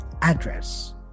address